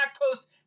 post